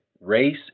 Race